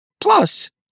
Plus